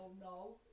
no